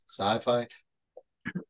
Sci-fi